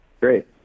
Great